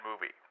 movie